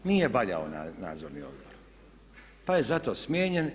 Nije valjao nadzorni odbor pa je zato smijenjen.